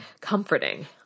comforting